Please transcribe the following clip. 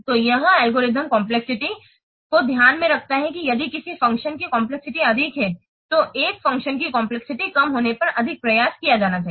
तो यह algorithm complexity को ध्यान में रखता है कि यदि किसी फ़ंक्शन की कम्प्लेक्सिटी अधिक है तो एक फ़ंक्शन की कम्प्लेक्सिटी कम होने पर अधिक प्रयास किया जाना चाहिए